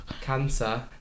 Cancer